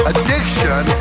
Addiction